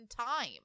time